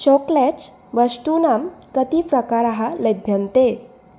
chocolates वस्तूनां कति प्रकाराः लभ्यन्ते